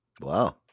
Wow